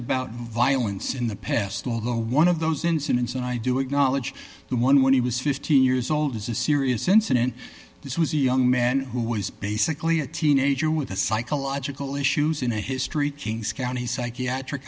about violence in the past although one of those incidents and i do acknowledge the one when he was fifteen years old is a serious incident this was a young man who was basically a teenager with a psychological issues in a history kings county psychiatric